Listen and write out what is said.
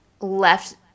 left